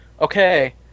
okay